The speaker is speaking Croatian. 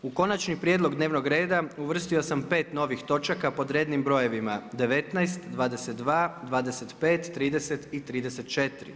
U konačni prijedlog dnevnog reda uvrstio sam pet novih točaka pod rednim brojevima 19., 22., 25., 30. i 34.